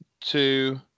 two